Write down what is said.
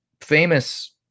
famous